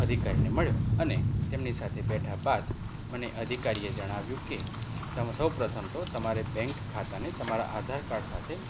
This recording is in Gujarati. અધિકારીને મળ્યો અને તેમની સાથે બેઠા બાદ મને અધિકારીએ જણાવ્યું કે તમે સૌ પ્રથમ તો તમારે બેંક ખાતાને તમારા આધાર કાર્ડ સાથે